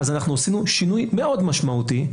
עשינו שינוי מאוד משמעותי,